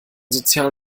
sozialen